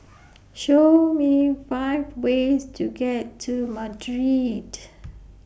Show Me five ways to get to Madrid